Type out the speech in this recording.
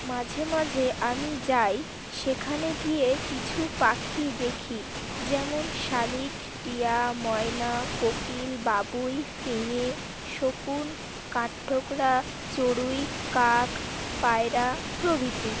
মাঝে মাঝে আমি যাই সেখানে গিয়ে কিছু পাখি দেখি যেমন শালিক টিয়া ময়না কোকিল বাবুই ফিঙে শকুন কাঠঠোকরা চড়ুই কাক পায়রা প্রভৃতি